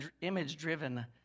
image-driven